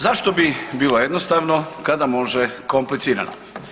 Zašto bi bilo jednostavno kada može komplicirano?